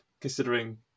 considering